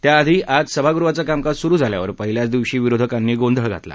त्याआधी आज सभागृहाचं कामकाज सुरु झाल्यावर पहिल्याच दिवशी विरोधकांनी गोंधळ घातला